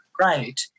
right